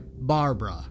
Barbara